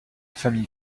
famille